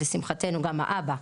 ולשמחתנו גם האבא,